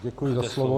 Děkuji za slovo.